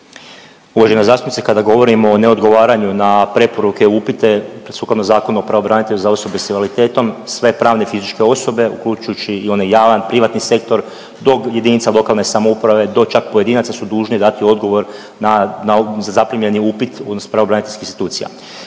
Uvažena zastupnice kada govorimo o neodgovaranju na preporuke i upite sukladno Zakonu o pravobranitelju za osobe s invaliditetom sve pravne i fizičke osobe uključujući onaj javan privatni sektor do jedinica lokalne samouprave do čak pojedinaca su dužni dati odgovor na na zaprimljeni upit odnosno pravobraniteljskih institucija.